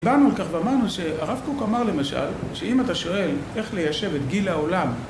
באנו לכך ואמרנו שהרב קוק אמר, למשל, שאם אתה שואל "איך ליישב את גיל העולם"